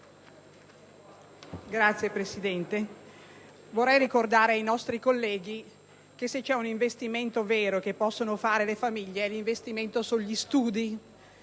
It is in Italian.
Signor Presidente, vorrei ricordare ai nostri colleghi che se c'è un investimento vero che possono fare le famiglie è l'investimento sugli studi